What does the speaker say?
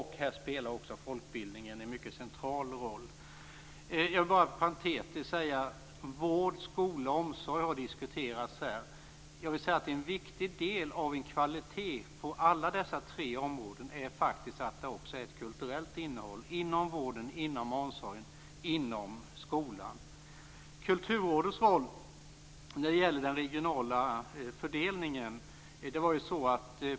Här spelar också folkbildningen en mycket central roll. Jag vill parentetiskt säga att vård, skola och omsorg har diskuterats. En viktig del av kvaliteten på alla dessa tre områden är att det faktiskt också är ett kulturellt innehåll inom vården, inom omsorgen och inom skolan. Så några ord om Kulturrådets roll när det gäller den regionala fördelningen.